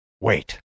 Wait